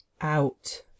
Out